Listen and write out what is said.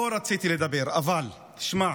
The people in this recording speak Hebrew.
לא רציתי לדבר, אבל תשמע,